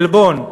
עלבון,